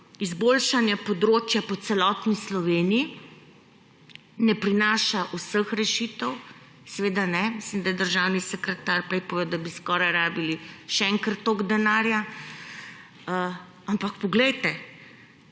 izboljšanje področja po celotni Sloveniji. Ne prinaša vseh rešitev, seveda ne. Mislim, da je državni sekretar prej povedal, da bi rabili skoraj še enkrat toliko denarja. Ampak poglejte,